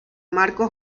marco